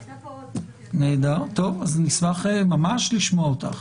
הייתה פה עוד --- נשמח לשמוע אותך.